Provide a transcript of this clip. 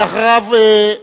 אחריו,